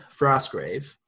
Frostgrave